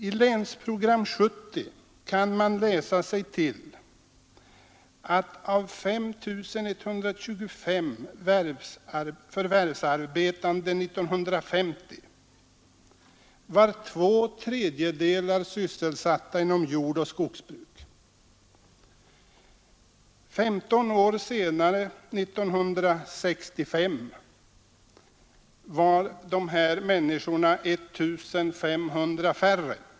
I Länsprogram 70 kan man läsa sig till att av 5 125 förvärvsarbetande 1950 var två tredjedelar sysselsatta inom jordoch skogsbruk. 15 år senare, 1965, var de här människorna 1 500 färre.